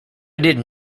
didn’t